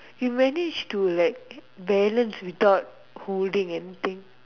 you managed to like balance without holding anything